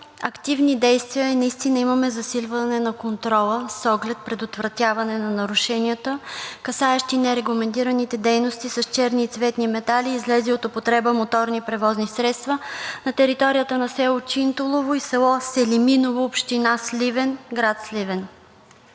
активни действия и наистина имаме засилване на контрола с оглед предотвратяване на нарушенията, касаещи нерегламентираните дейности с черни и цветни метали, излезли от употреба моторни превозни средства на територията на село Чинтулово и село Селиминово, община Сливен, град Сливен.